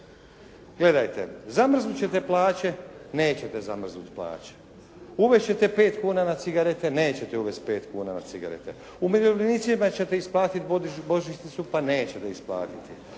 zamrznut ćete plaće, nećete zamrznuti plaće. Uvest ćete pet kuna na cigarete, nećete uvest pet kuna na cigarete. Umirovljenicima ćete isplatiti božićnicu pa nećete isplatiti